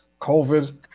COVID